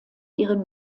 ihren